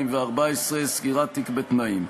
התשע"ד 2014, סגירת תיק בתנאים.